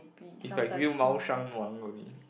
if I give you Mao-Shan-Wang only